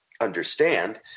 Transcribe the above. understand